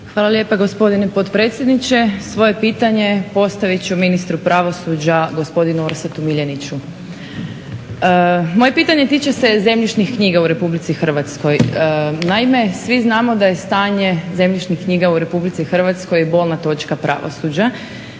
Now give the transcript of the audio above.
Hvala lijepa gospodine potpredsjedniče. Svoje pitanje postavit ću ministru pravosuđa gospodinu Orsatu Miljaniću. Moje pitanje tiče se zemljišnih knjiga u RH. Naime, svi znamo da je stanje zemljišnih knjiga u RH bolna točka pravosuđa